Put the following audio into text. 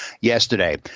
yesterday